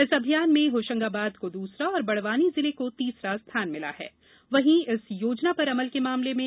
इस अभियान में होशंगाबाद को दूसरा और बड़वानी जिले को तीसरा स्थान इस योजना पर अमल के मामले मिला है